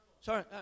Sorry